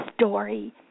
story